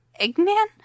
Eggman